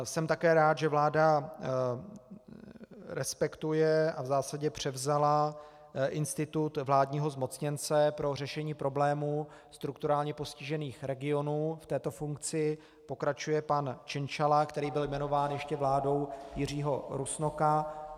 Jsem také rád, že vláda respektuje a v zásadě převzala institut vládního zmocněnce pro řešení problémů strukturálně postižených regionů, v této funkci pokračuje pan Cieńciała, který byl jmenován ještě vládou Jiřího Rusnoka.